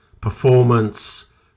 performance